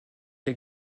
der